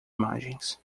imagens